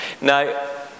now